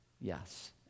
Yes